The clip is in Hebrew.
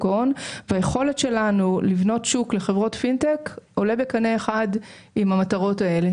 ההון והיכולת שלנו לבנות שוק לחברות פינטק עולה בקנה אחד עם המטרות האלה.